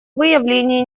выявление